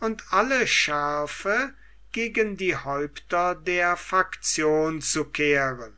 und alle schärfe gegen die häupter der faktion zu kehren